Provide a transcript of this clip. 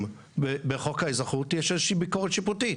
בחוק האזרחות יש איזושהי ביקורת שיפוטית.